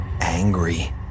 Angry